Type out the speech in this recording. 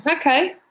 okay